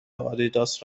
آدیداس